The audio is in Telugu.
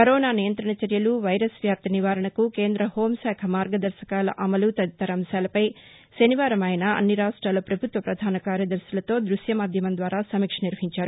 కరోనా నియంత్రణ చర్యలు వైరస్ వ్యాప్తి నివారణకు కేంద్ర హోంశాఖ మార్గదర్భకాల అమలు తదితర అంశాలపై శనివారం ఆయస అన్ని రాష్ట్లాల ప్రభుత్వ ప్రధాన కార్యదర్శులతో దృశ్యమాధ్యమం ద్వారా సమీక్ష నిర్వహించారు